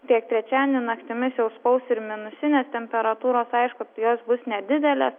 tiek trečiadienį naktimis jau spaus ir minusinės temperatūros aišku jos bus nedidelės